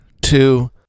Two